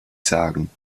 sagen